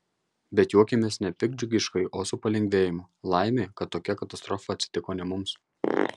bet juokiamės ne piktdžiugiškai o su palengvėjimu laimė kad tokia katastrofa atsitiko ne mums